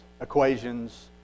equations